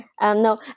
no